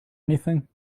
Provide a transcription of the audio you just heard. anything